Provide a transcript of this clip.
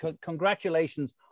Congratulations